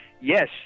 yes